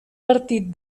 partit